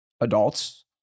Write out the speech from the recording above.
adults